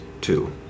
two